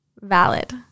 valid